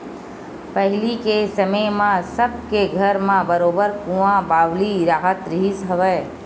पहिली के समे म सब के घर म बरोबर कुँआ बावली राहत रिहिस हवय